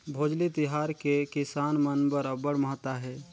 भोजली तिहार के किसान मन बर अब्बड़ महत्ता हे